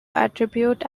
attribute